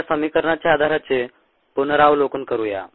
तर या समीकरणाच्या आधाराचे पुनरावलोकन करूया